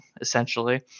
essentially